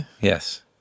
Yes